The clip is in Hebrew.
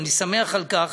ואני שמח על כך.